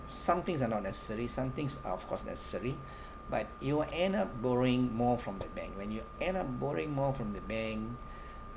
some things are not necessary somethings are of course necessary but you'll end up borrowing more from the bank when you end up borrowing more from the bank